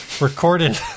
recorded